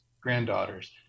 granddaughters